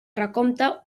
recompte